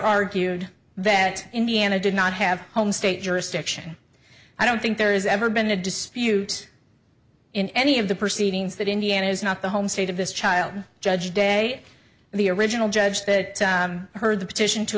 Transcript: argued that indiana did not have a home state jurisdiction i don't think there's ever been a dispute in any of the proceedings that indiana is not the home state of this child judge day the original judge that heard the petition to